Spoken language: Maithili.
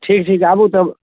ठीक ठीक आबू तब